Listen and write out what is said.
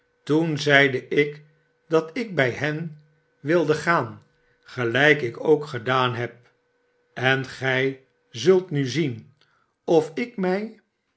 toen zeide ik dat ik bij hen wilde gaan gelijk ik k gedaan heb en gij zult nu zien of ik mij